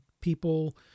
people